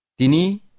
Dini